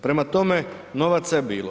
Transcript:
Prema tome novaca je bilo.